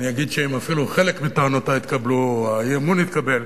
אני אגיד שאם אפילו חלק מטענותי יתקבלו או האי-אמון יתקבל,